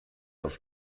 auf